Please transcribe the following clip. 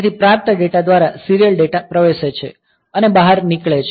તેથી પ્રાપ્ત ડેટા દ્વારા સીરીયલ ડેટા પ્રવેશે છે અને બહાર નીકળે છે